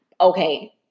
Okay